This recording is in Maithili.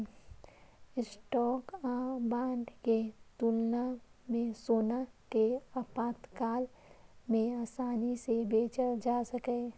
स्टॉक आ बांड के तुलना मे सोना कें आपातकाल मे आसानी सं बेचल जा सकैए